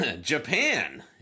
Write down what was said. Japan